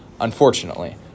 Unfortunately